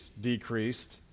decreased